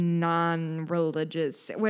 Non-religious